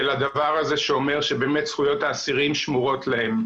הדבר הזה שאומר שבאמת זכויות האסירים שמורות להם.